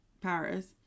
Paris